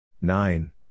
nine